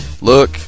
Look